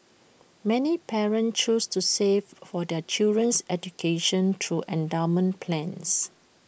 many parents choose to save for their children's education through endowment plans